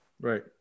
Right